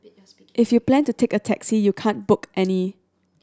if you plan to take a taxi you can't book any